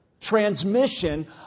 transmission